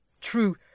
True